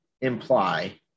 imply